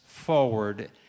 forward